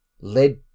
led